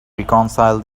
reconcile